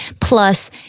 plus